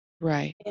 Right